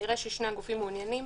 נראה ששני הגופים מעוניינים